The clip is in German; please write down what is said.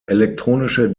elektronische